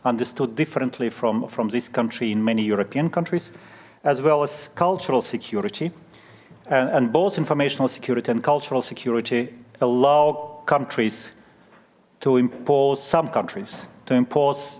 understood differently from from this country in many european countries as well as cultural security and both informational security and cultural security allow countries to impose some countries to impose